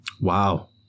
Wow